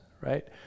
right